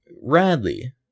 radley